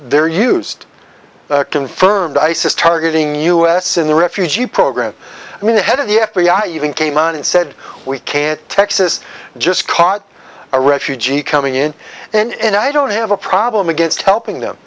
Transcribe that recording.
there used confirmed isis targeting us in the refugee program i mean the head of the f b i even came out and said we can't texas just caught a refugee coming in and i don't have a problem against helping them